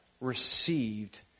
received